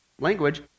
language